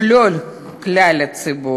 כלל הציבור,